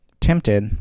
tempted